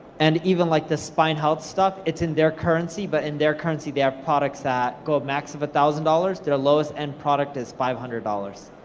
and even like the spine health stuff, it's in their currency, but in their currency, they have products that go, max of a thousand dollars. their lowest end product is five hundred dollars